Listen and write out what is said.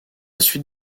suite